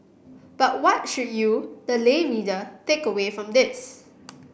but what should you the lay reader take away from this